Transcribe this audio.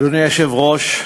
אדוני היושב-ראש,